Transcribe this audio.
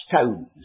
stones